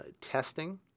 testing